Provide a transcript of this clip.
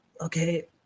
okay